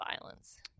violence